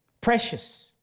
Precious